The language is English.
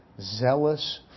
zealous